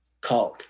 called